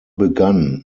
begann